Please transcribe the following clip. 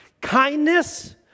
kindness